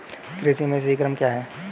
कृषि में सही क्रम क्या है?